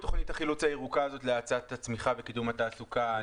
תוכנית החילוץ הירוקה הזאת להאצת הצמיחה וקידום התעסוקה.